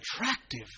attractive